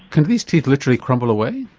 can these teeth literally crumble away?